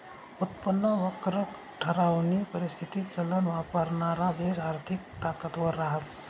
उत्पन्न वक्र ठरावानी परिस्थिती चलन वापरणारा देश आर्थिक ताकदवर रहास